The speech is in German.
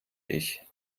ich